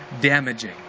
damaging